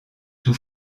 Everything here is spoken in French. tout